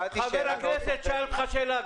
חבר הכנסת שאל אותך שאלה.